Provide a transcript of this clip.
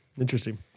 Interesting